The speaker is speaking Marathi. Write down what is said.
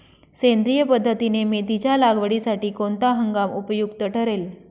सेंद्रिय पद्धतीने मेथीच्या लागवडीसाठी कोणता हंगाम उपयुक्त ठरेल?